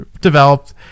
developed